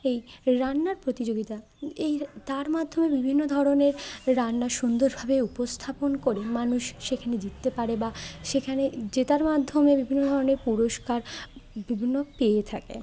এই রান্নার প্রতিযোগিতা এই তার মাধ্যমে বিভিন্ন ধরনের রান্না সুন্দরভাবে উপস্থাপন করে মানুষ সেখানে জিততে পারে বা সেখানে জেতার মাধ্যমে বিভিন্ন ধরনের পুরস্কার বিভিন্ন পেয়ে থাকে